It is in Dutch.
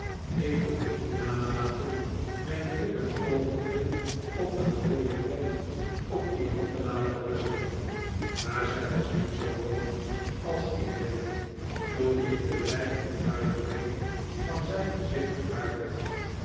ik kon niet nalaten mijn blik een oogenblik op een roode plek op die hand te laten rusten maar zij was niet zoo rood als ik werd toen ik de dreigende uitdrukking van zijn gezicht